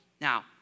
Now